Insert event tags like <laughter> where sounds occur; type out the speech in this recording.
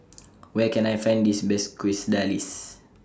<noise> Where Can I Find This Best Quesadillas